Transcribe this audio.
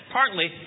Partly